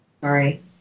Sorry